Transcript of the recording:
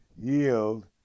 yield